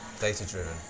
data-driven